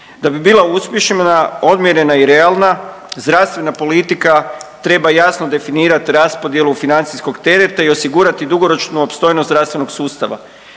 Da bi bila uspješna, odmjerena i realna zdravstvena politika treba jasno definirati raspodjelu financijskog tereta i osigurati dugoročnu opstojnost zdravstvenog sustava.